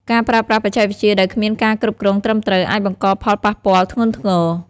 ការប្រើប្រាស់បច្ចេកវិទ្យាដោយគ្មានការគ្រប់គ្រងត្រឹមត្រូវ អាចបង្កផលប៉ះពាល់ធ្ងន់ធ្ងរ។